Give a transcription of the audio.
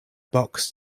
box